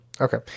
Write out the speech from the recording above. Okay